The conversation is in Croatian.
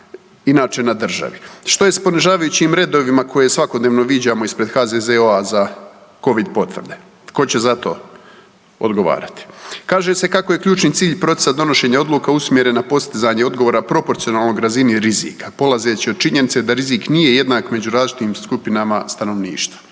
inače na državi. Što je s ponižavajućim redovima koje svakodnevno viđamo ispred HZZO-a za covid potvrde, tko će za to odgovarati? Kaže se kako je ključni cilj poticati donošenje odluke usmjerene na postizanje odgovora proporcionalnog razini rizika, polazeći od činjenica da rizik nije jednak među različitim skupinama stanovništva.